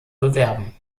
bewerben